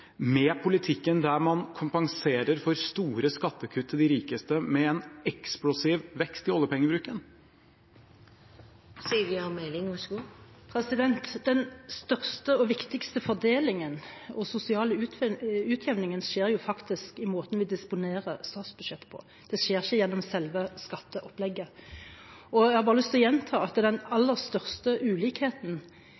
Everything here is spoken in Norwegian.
med en politikk der man kompenserer for store skattekutt til de rikeste med en eksplosiv vekst i oljepengebruken? Den største og viktigste fordelingen og sosiale utjevningen skjer faktisk i måten vi disponerer statsbudsjettet på. Det skjer ikke gjennom selve skatteopplegget. Jeg har bare lyst til å gjenta at den aller største ulikheten